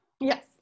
Yes